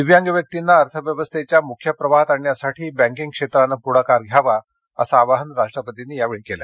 दिव्यांग व्यक्तींना अर्थव्यवस्थेच्या मुख्य प्रवाहात आणण्यासाठी बँकीग क्षेत्रानं पृढाकार घ्यावा असं आवाहन राष्ट्रपतीनी यावेळी केलं